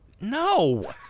No